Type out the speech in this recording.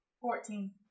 Fourteen